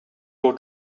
your